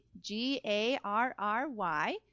G-A-R-R-Y